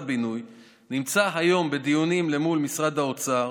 נמצא היום בדיונים מול משרד האוצר